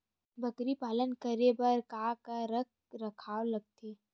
बकरी पालन करे बर काका रख रखाव लगथे?